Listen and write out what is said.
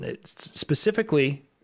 specifically